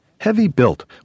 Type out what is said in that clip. heavy-built